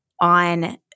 on